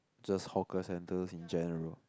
just hawker centres in general